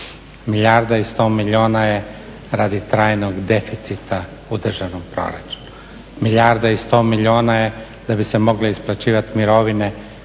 Milijarda i sto milijuna je radi trajnog deficita u državnom proračunu. Milijarda i sto milijuna je da bi se mogle isplaćivat mirovine